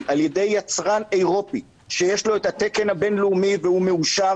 על ידי יצרן אירופי שיש לו את התקן הבינלאומי והוא מאושר